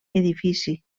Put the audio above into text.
edifici